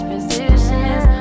Positions